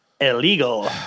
illegal